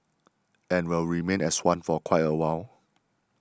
and will remain as one for quite a while